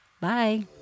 Bye